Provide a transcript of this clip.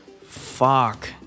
Fuck